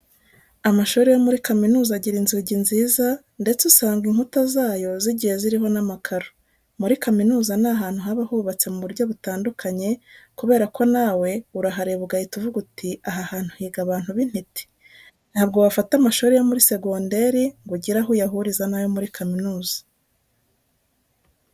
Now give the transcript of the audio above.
Amashuri yo muri kaminuza agira inzugi nziza ndetse usanga inkuta zayo zigiye ziriho n'amakaro. Muri kaminuza ni ahantu haba hubatse mu buryo butandukanye kubera ko nawe urahareba ugahita uvuga uti aha hantu higa abantu b'intiti. Ntabwo wafata amashuri yo muri segonderi ngo ugire aho uyahuriza n'ayo muri kaminuza.